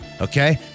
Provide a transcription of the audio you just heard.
Okay